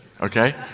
Okay